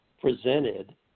presented